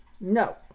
No